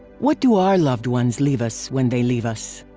what do our loved ones leave us when they leave us?